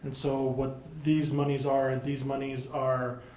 so what these monies are, and these monies are